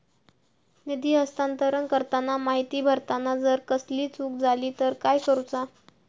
निधी हस्तांतरण करताना माहिती भरताना जर कसलीय चूक जाली तर काय करूचा?